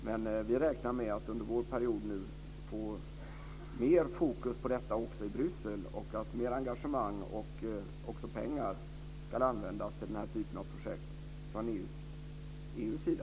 Men vi räknar med att under vår period få mer fokus på detta också i Bryssel och att mer engagemang och även pengar ska användas till den här typen av projekt från EU:s sida.